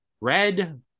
red